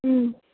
ಹ್ಞೂ